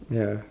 ya